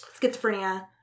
schizophrenia